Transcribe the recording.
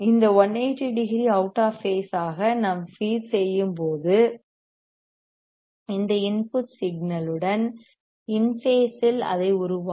இந்த 1800 out of phase ஆக நான் ஃபீட் செய்யும்போது அது இன்புட் சிக்னல்யுடன் இன் பேஸ் இல் அதை உருவாக்கும்